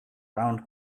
round